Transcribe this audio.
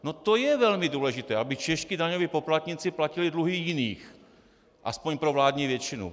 No to je velmi důležité, aby čeští daňoví poplatníci platili dluhy jiných aspoň pro vládní většinu.